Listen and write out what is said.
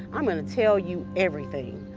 i'm going to tell you everything.